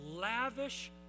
lavish